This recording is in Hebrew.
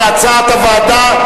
כהצעת הוועדה.